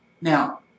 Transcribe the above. Now